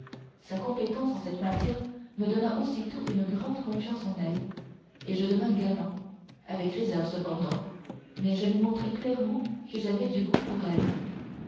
sa compétence en cette matière me donna aussitôt une grande confiance en elle et je devins galant avec réserve cependant mais je lui montrai clairement que j'avais du goût pour elle